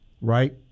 right